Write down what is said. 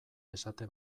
esate